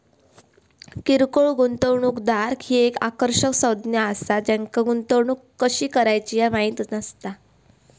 किरकोळ गुंतवणूकदार ही एक आकर्षक संज्ञा असा ज्यांका गुंतवणूक कशी करायची ह्या माहित नसता